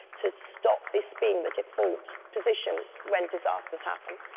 to stop this being the default position when disasters happen.